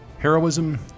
Heroism